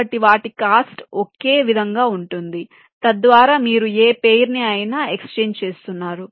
కాబట్టి వాటి కాస్ట్ ఒకే విధంగా ఉంటుంది తద్వారా మీరు ఏ పెయిర్ని అయినా ఎక్సచేంజ్ చేస్తున్నారు